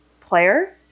player